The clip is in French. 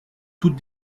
toute